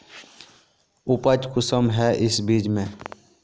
उपज कुंसम है इस बीज में?